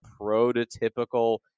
prototypical